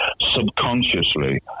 subconsciously